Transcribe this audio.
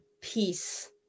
peace